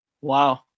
Wow